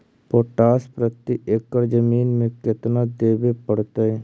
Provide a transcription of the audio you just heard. Potash प्रति एकड़ जमीन में केतना देबे पड़तै?